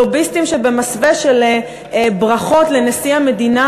לוביסטים שבמסווה של ברכות לנשיא המדינה,